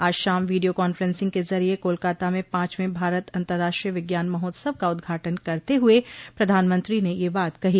आज शाम video conferencing के जरिये कोलकाता में पांचवें भारत अतर्राष्ट्रीय विज्ञान महोत्सव का उद्घाटन करते हुए प्रधानमंत्री ने यह बात कही